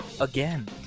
again